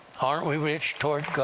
aren't we rich toward